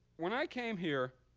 when i came here,